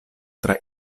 tra